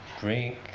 drink